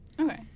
Okay